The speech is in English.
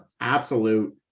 absolute